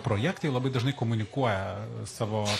projektai labai dažnai komunikuoja savo